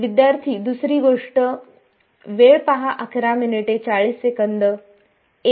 विद्यार्थी दुसरी गोष्ट एक